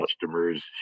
customers